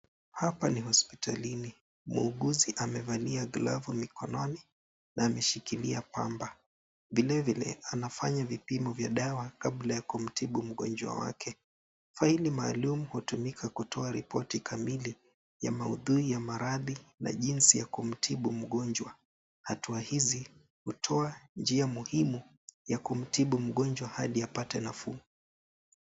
Hapa ni hospitalini. Muuguzi amevalia glavu mikononi na ameshikilia pamba. Vilevile, anafanya vipimo vya dawa kabla ya kumtibu mgonjwa wake. Faili maalum hutumika kutoa repoti kamili ya maudhui ya maradhi na jinsi ya kumtibu mgonjwa. Hatua hizi hutoa njia muhimu ya kumtibu mgonjwa hadi apate nafuu.